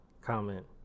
comment